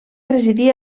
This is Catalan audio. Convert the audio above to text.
residir